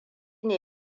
ne